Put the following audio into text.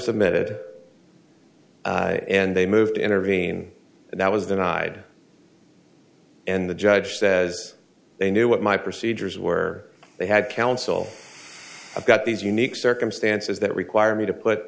submitted and they moved to intervene and that was denied and the judge says they knew what my procedures were they had counsel i've got these unique circumstances that require me to put